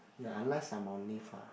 ya unless I am on leave ah